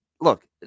Look